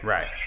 Right